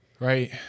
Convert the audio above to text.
Right